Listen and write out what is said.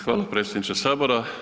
Hvala predsjedniče sabora.